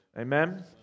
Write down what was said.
Amen